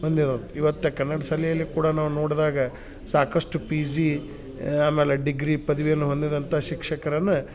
ಹೊಂದಿದವ್ರು ಇವತ್ತೆ ಕನ್ನಡ ಶಾಲೆಯಲ್ಲಿ ಕೂಡ ನಾವು ನೋಡ್ದಾಗ ಸಾಕಷ್ಟು ಪಿ ಜಿ ಆಮೇಲೆ ಡಿಗ್ರಿ ಪದವಿಯನ್ನು ಹೊಂದಿದಂಥ ಶಿಕ್ಷಕರನ್ನು